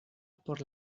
por